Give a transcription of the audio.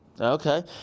Okay